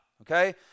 okay